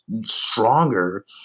stronger